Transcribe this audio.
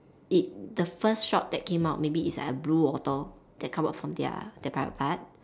it the first shot that came out maybe is like a blue water that come out from their their private part